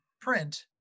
print